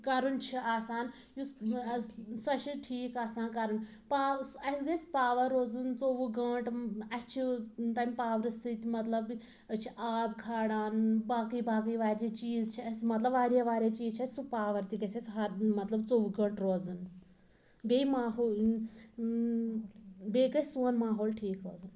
کَرُن چھُ آسان یُس سۄ چھِ ٹھیٖک آسان کَرٕنۍ پاو اَسہِ گژھِ پاوَر روزُن ژوٚوُہ گٲنٛٹہٕ اَسہِ چھِ تمہِ پاورٕ سۭتۍ مطلب أسۍ چھِ آب کھالان باقٕے باقٕے واریاہ چیٖز چھِ اَسہِ مطلب واریاہ واریاہ چیٖز چھِ اَسہِ سُہ پاوَر تہِ گژھِ اَسہِ ہر مطلب ژوٚوُہ گٲنٛٹہٕ روزُن بیٚیہِ ماحول بیٚیہِ گژھِ سون ماحول ٹھیٖک روزُن